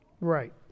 Right